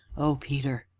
oh, peter!